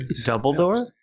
Dumbledore